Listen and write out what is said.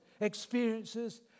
experiences